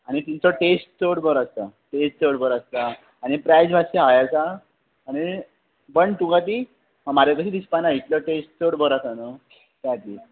आनी तेंचो टेस्ट चड बरो आसता टेस्ट चड बरो आसता आनी प्रायज माश्शी हाय आसा आनी पूण तुका ती म्हारग अशी दिसपा ना इतलो टेस्ट चड बरो आसा न्हय त्यातीर